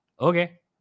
Okay